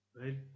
Right